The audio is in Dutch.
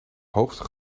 hoogste